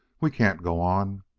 we can't go on.